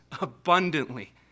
abundantly